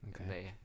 okay